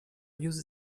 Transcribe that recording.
use